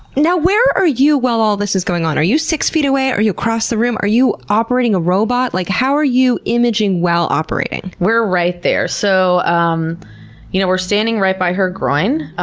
now, where are you while all this is going on, are you six feet away? are you across the room? are you operating a robot? like, how are you imaging while operating? we're right there. so um you know we're standing right by her groin.